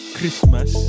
Christmas